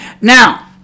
Now